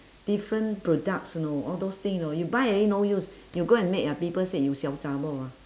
different products you know all those thing you know you buy already no use you go and makeup people say you siao zha-bor ah